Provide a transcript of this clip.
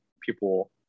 people